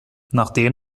nachdem